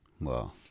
Wow